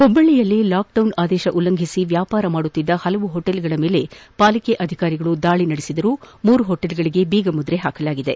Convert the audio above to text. ಹುಬ್ಬಳ್ಳಿಯಲ್ಲಿ ಲಾಕ್ಡೌನ್ ಆದೇಶ ಉಲ್ಲಂಘಿಸಿ ವ್ಯಾಪಾರ ಮಾಡುತ್ತಿದ್ದ ಪಲವು ಹೊಟೇಲ್ಗಳ ಮೇಲೆ ಪಾಲಿಕೆಯ ಅಧಿಕಾರಿಗಳು ದಾಳಿ ನಡೆಸಿದರು ಮೂರು ಹೊಟೇಲ್ಗಳಿಗೆ ಬೀಗಮುದ್ರೆ ಹಾಕಲಾಗಿದೆ